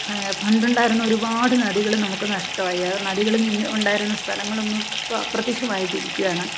പണ്ടുണ്ടായിരുന്ന ഒരുപാട് നദികൾ നമുക്ക് നഷ്ടമായി ആ നദികളിൽ നിന്ന് ഉണ്ടായിരുന്ന സ്ഥലങ്ങളൊന്നും ഇപ്പോൾ അപ്രത്യക്ഷമായിട്ടിരിക്കുകയാണ്